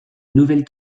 nouvelle